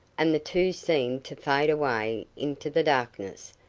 and the two seemed to fade away into the darkness,